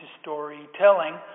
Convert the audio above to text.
storytelling